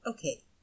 Okay